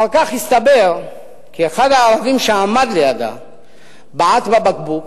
אחר כך הסתבר כי אחד הערבים שעמד לידה בעט בבקבוק,